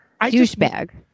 Douchebag